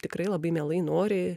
tikrai labai mielai nori